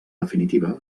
definitiva